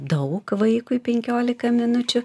daug vaikui penkiolika minučių